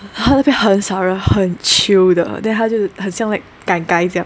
她那边很少人很 chill 的 then 他就很像 like gai gai 这样